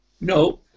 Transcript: No